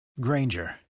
Granger